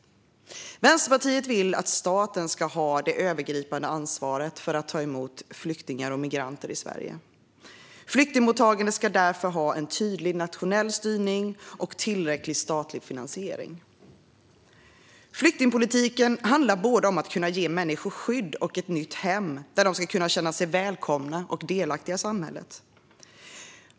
Vänsterpartiet vill att staten ska ha det övergripande ansvaret för att ta emot flyktingar och migranter i Sverige. Flyktingmottagandet ska därför ha en tydlig nationell styrning och tillräcklig statlig finansiering. Flyktingpolitiken handlar om att kunna ge människor skydd och ett nytt hem där de ska kunna känna sig välkomna och delaktiga i samhället.